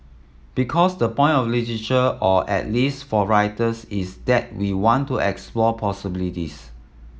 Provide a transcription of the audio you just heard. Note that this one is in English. because the point of literature or at least for writers is that we want to explore possibilities